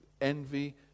envy